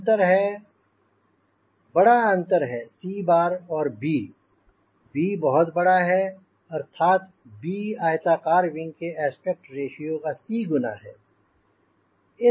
अंतर है बड़ा अंतर है 𝑐̅ और b b बहुत बड़ा है अर्थात बी आयताकार विंग के एस्पेक्ट रेश्यो का c गुना है